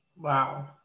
Wow